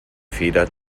feder